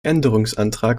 änderungsantrag